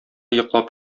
йоклап